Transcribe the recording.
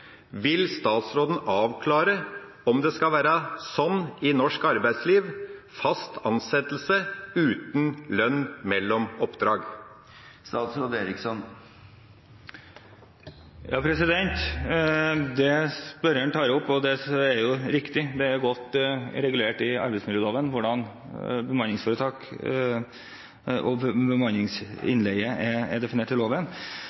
Vil statsråden avklare om det skal være sånn i norsk arbeidsliv: fast ansettelse uten lønn mellom oppdrag? Det spørreren tar opp, er riktig. Det er godt regulert i arbeidsmiljøloven. Bemanningsforetak og bemanningsinnleie er definert i loven.